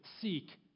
seek